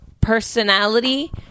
personality